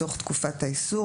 בתוך תקופת האיסור,